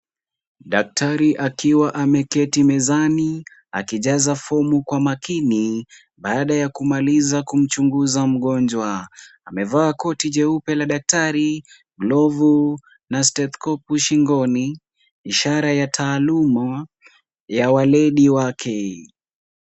Daktari akiwa ameketi mezani, akijaza fomu kwa makini, baada ya kumaliza kumchunguza mgonjwa. Amevaa koti jeupe la daktari, glovu, na stethkopu shingoni, ishara ya taaluma, ya waledi wake.